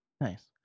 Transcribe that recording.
nice